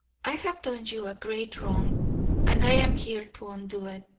i have done you a great wrong and i am here to undo it.